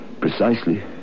Precisely